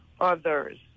others